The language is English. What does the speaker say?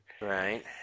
Right